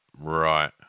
Right